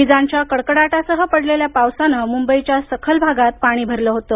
विजांच्या कडकडाटासह पडलेल्या पावसाने मुंबईच्या सखल भागात पाणी भरलं होतं